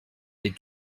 les